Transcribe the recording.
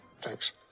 Thanks